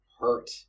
hurt